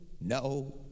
no